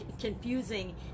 confusing